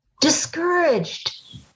discouraged